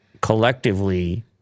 collectively